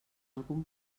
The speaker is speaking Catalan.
algun